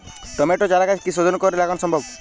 টমেটোর চারাগাছ কি শোধন করে লাগানো সম্ভব?